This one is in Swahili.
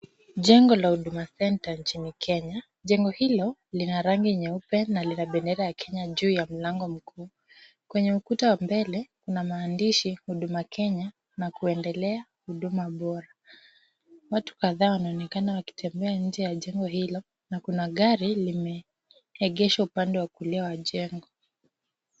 Jengo la huduma center nchini Kenya. Jengo hilo lina rangi nyeupe na lina bendera ya Kenya juu ya mlango mkuu. Kwenye ukuta wa mbele, kuna maandishi huduma Kenya na kuendelea huduma bora. Watu kadhaa wanaonekana wakitembea nje ya jengo hilo na kuna gari limeegeshwa upande wa kulia wa jengo.